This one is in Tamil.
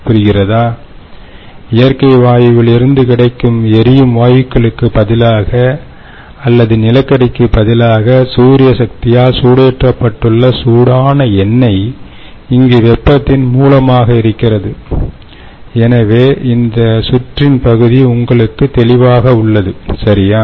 புரிகிறதா இயற்கை வாயுவிலிருந்து கிடைக்கும் எரியும் வாயுக்களுக்கு பதிலாக அல்லது நிலக்கரிக்கு பதிலாக சூரிய சக்தியால் சூடேற்றப்பட்டுள்ள சூடான எண்ணெய் இங்கு வெப்பத்தின் மூலமாக இருக்கிறது எனவே இந்த சுற்றின் பகுதி உங்களுக்கு தெளிவாக உள்ளது சரியா